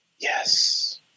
Yes